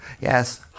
yes